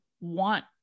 want